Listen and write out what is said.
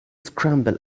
scramble